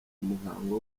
umuhango